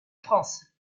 france